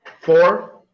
Four